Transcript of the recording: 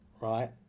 right